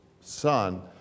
son